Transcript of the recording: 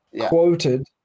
quoted